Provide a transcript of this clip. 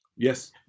Yes